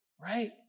right